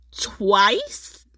twice